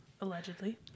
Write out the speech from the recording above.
allegedly